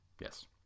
Yes